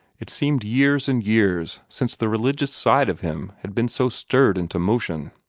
it seemed years and years since the religious side of him had been so stirred into motion.